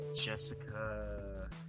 Jessica